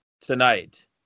tonight